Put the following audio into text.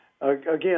again